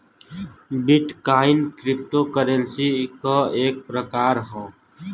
bit coin cryptocurrency क एक प्रकार हौ